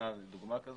בדוגמה של